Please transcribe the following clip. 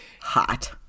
hot